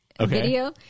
video